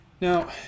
Now